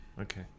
Okay